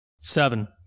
Seven